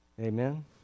Amen